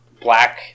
black